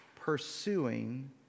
pursuing